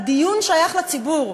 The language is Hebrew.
הדיון שייך לציבור,